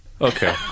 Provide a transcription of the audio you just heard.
Okay